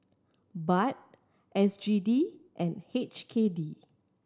Baht S G D and H K D